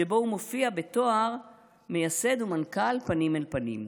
שבו הוא מופיע בתואר מייסד ומנכ"ל פנים אל פנים.